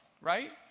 right